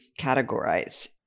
categorize